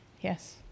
Yes